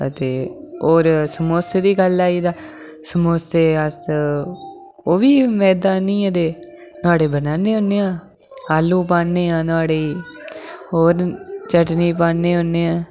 ते होर समोसे दी गल्ल आई गेई ते समोसे अस ओह् बी मैदा आनी ऐ नुआढ़े बनान्ने होन्ने आं आलू पान्ने आं नुआढ़े च और चटनी पान्ने होन्ने आं